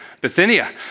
Bithynia